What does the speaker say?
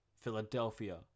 Philadelphia